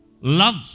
Love